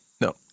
No